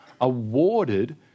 awarded